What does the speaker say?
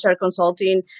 consulting